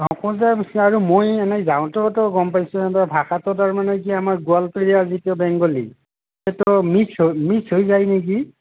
অঁ আৰু মই এনে যাওঁতেওতো গম পাইছোঁ সিহঁতৰ ভাষাটো তাৰমানে কি আমাৰ গোৱালপৰীয়া যিটো বেংগলি সেইটো মিক্স হৈ মিক্স হৈ যায় নেকি